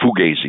Fugazi